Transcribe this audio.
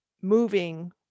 moving